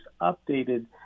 updated